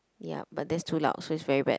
ya but that's too loud so it's very bad